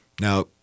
Now